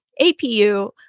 APU